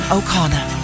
O'Connor